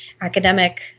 academic